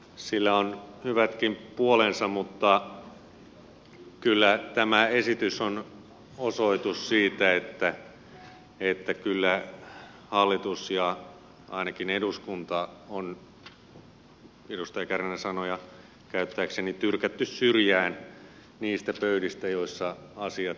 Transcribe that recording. sillä on hyvätkin puolensa mutta kyllä tämä esitys on osoitus siitä että kyllä hallitus ja ainakin eduskunta on edustaja kärnän sanoja käyttääkseni tyrkätty syrjään niistä pöydistä joissa asiat päätetään